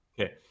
Okay